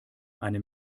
eine